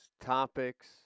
topics